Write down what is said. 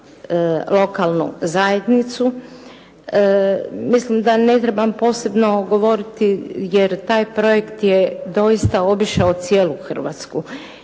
lokalnu zajednicu. Mislim da ne trebam posebno govoriti jer taj projekt je doista obišao cijelu Hrvatsku